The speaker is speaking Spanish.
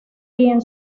bien